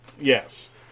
Yes